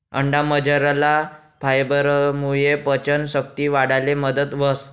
अंडामझरला फायबरमुये पचन शक्ती वाढाले मदत व्हस